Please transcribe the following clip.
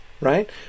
right